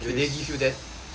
do they give you that